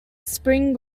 spring